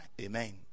Amen